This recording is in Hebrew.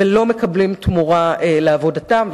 ולא מקבלים תמורה לעבודתם.